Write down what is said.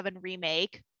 Remake